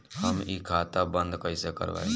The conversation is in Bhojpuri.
हम इ खाता बंद कइसे करवाई?